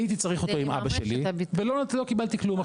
הייתי צריך אותו עם אבא שלי ולא קיבלתי כלום.